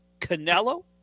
Canelo